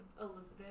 elizabeth